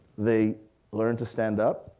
they learn to stand up,